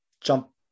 jump